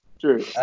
True